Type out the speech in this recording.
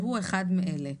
שהוא אחד מאלה: